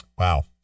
Wow